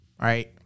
right